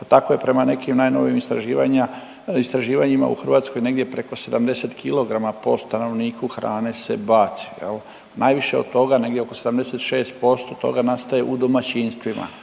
Pa tako je prama nekim najnovijim istraživanjima u Hrvatskoj negdje preko 70 kg po stanovniku hrane se baci. Najviše od toga oko 76% toga nastaje u domaćinstvima